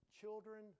children